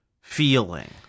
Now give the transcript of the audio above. feeling